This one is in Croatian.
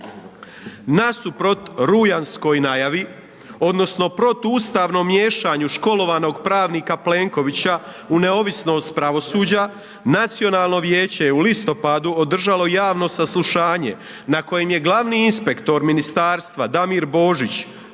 Nasuprot rujanskoj najavi odnosno protuustavnom miješanju školovanog pravnika Plenkovića u neovisnost pravosuđa, Nacionalno vijeće je u listopadu održalo javno saslušanje na kojem je glavni inspektor ministarstva Damir Božić